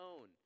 own